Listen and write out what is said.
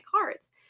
cards